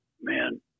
Man